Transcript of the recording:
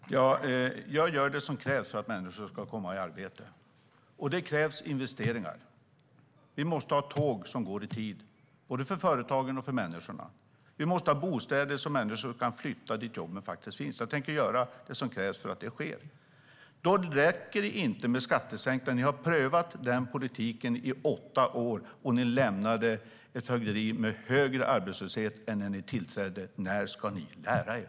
Herr talman! Jag gör det som krävs för att människor ska komma i arbete, och det krävs investeringar. Vi måste ha tåg som går i tid, både för företagen och för människorna. Vi måste ha bostäder så att människor kan flytta dit där jobben faktiskt finns. Jag tänker göra det som krävs för att det faktiskt sker. Då räcker det inte med skattesänkningar. Ni prövade den politiken i åtta år, och ni lämnade ett fögderi med högre arbetslöshet än när ni tillträdde. När ska ni lära er?